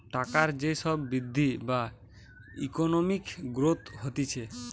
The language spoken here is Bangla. টাকার যে সব বৃদ্ধি বা ইকোনমিক গ্রোথ হতিছে